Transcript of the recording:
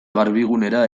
garbigunera